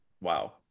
wow